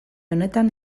honetan